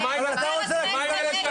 אבל אתה רוצה ------ אני